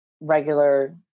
regular